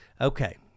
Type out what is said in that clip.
okay